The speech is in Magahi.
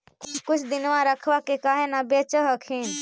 कुछ दिनमा रखबा के काहे न बेच हखिन?